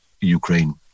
Ukraine